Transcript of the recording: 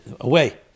away